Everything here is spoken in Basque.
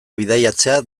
bidaiatzea